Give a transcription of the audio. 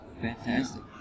fantastic